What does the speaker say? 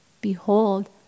Behold